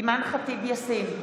אימאן ח'טיב יאסין,